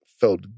Felt